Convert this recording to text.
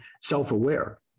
self-aware